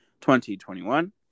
2021